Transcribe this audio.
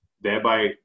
thereby